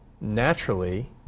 naturally